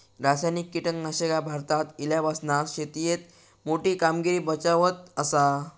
रासायनिक कीटकनाशका भारतात इल्यापासून शेतीएत मोठी कामगिरी बजावत आसा